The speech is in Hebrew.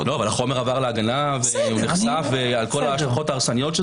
אבל החומר עבר להגנה ונחשף על כל ההשלכות ההרסניות של